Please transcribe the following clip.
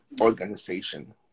Organization